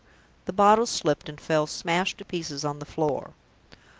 the bottle slipped and fell smashed to pieces on the floor.